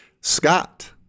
scott